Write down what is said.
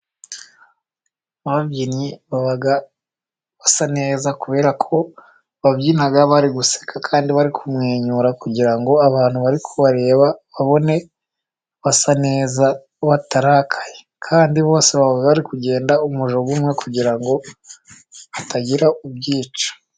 Ababyinnyi babaa basa neza, kubera ko babyina bari guseka, kandi bari kumwenyura, kugirango abantu bari kubareba babone basa neza batarakaye, kandi bose bari kugenda umujyo imwe, kugira ngo hatagira ubyica.